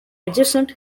adjacent